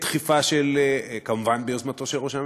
בדחיפה של, כמובן ביוזמתו של ראש הממשלה,